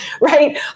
right